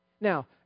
Now